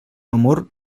amor